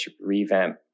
revamp